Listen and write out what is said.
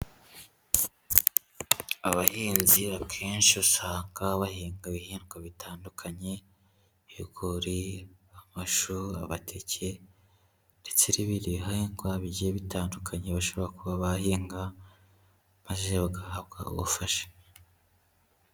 Abahinzi akenshi usanga bahinga ibihingwa bitandukanye: ibigori, amashu, amateke, ndetse ni bindi bihingwa bigiye bitandukanye bashobora kuba bahinga, maze bagahabwa ubufasha.